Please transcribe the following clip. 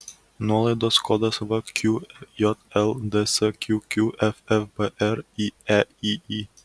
nuolaidos kodas vqjl dsqq ffbr ieyi